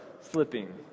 slipping